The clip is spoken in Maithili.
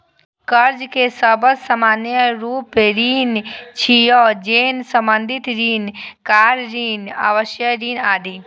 कर्ज के सबसं सामान्य रूप ऋण छियै, जेना बंधक ऋण, कार ऋण, आवास ऋण आदि